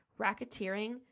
racketeering